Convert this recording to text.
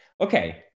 Okay